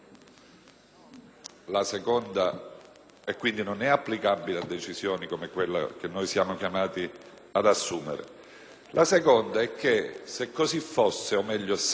la seconda è che, se così fosse, o meglio se